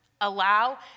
allow